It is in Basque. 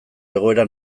egoera